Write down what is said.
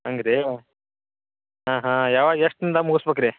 ಹಂಗ್ರೀ ಹಾಂ ಹಾಂ ಯಾವಾಗ ಎಷ್ಟು ದಿನ್ದಾಗ ಮುಗ್ಸ್ಬೇಕು ರೀ